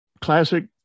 classic